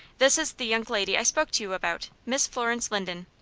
this is the young lady i spoke to you about miss florence linden.